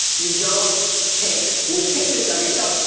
you don't take nude pictures of yourself.